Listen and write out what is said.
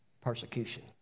persecution